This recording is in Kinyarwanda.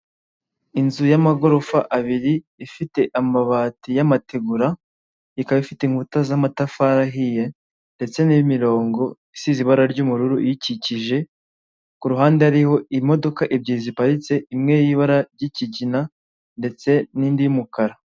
Inzu y'amagorofa abiri ifite amabati y'amategura, ikaba ifite inkuta z'amatafari ahiye ndetse n'imirongo isize ibara ry'ubururu iyikikije, ku ruhande hariho imodoka ebyiri ziparitse imwe y'ibara ry'ikigina ndetse n'indi y'umukara.